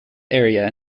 area